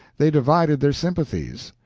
they divided their sympathies.